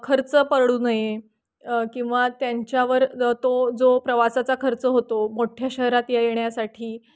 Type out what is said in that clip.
खर्च पडू नये किंवा त्यांच्यावर ग तो जो प्रवासाचा खर्च होतो मोठ्या शहरात या येण्यासाठी